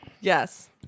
Yes